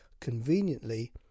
conveniently